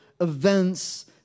events